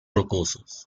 rocosos